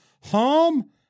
Home